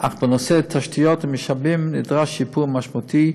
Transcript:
אך בנושא תשתיות ומשאבים נדרש שיפור משמעותי,